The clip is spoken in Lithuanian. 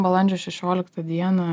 balandžio šešioliktą dieną